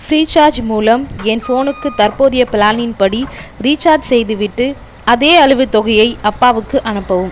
Freecharge மூலம் என் ஃபோனுக்கு தற்போதைய பிளானின் படி ரீசார்ஜ் செய்துவிட்டு அதேயளவு தொகையை அப்பாவுக்கு அனுப்பவும்